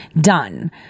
done